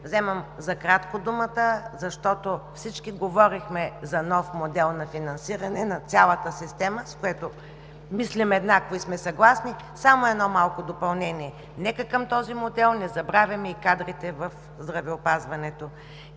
Вземам за кратко думата, защото всички говорихме за нов модел на финансиране на цялата система, с което мислим еднакво и сме съгласни, само едно малко допълнение – нека към този модел не забравяме и кадрите в здравеопазването.